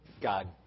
God